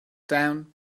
down